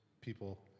people